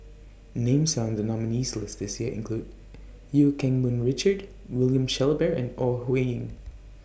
Names found in The nominees' list This Year include EU Keng Mun Richard William Shellabear and Ore Huiying